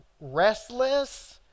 restless